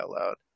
out